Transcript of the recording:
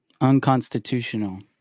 unconstitutional